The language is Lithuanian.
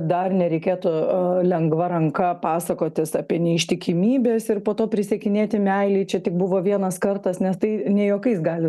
dar nereikėtų lengva ranka pasakotis apie neištikimybes ir po to prisiekinėti meilėj čia tik buvo vienas kartas nes tai ne juokais gali